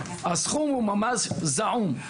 הסכום הוא ממש זעום.